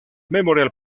memorial